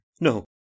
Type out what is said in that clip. No